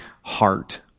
heart